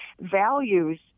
values